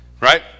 Right